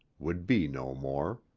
would be no more.